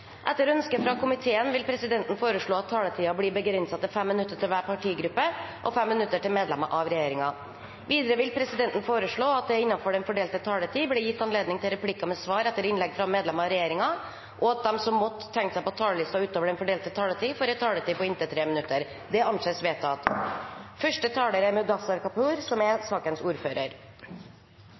Etter ønske fra kommunal- og forvaltningskomiteen vil presidenten foreslå at taletiden blir begrenset til 5 minutter til hver partigruppe og 5 minutter til medlemmer av regjeringen. Videre vil presidenten foreslå at det – innenfor den fordelte taletid – blir gitt anledning til inntil fem replikker med svar etter innlegg fra medlemmer av regjeringen, og at de som måtte tegne seg på talerlisten utover den fordelte taletid, får en taletid på inntil 3 minutter. – Dette anses vedtatt. Som sakens ordfører